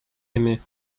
aimé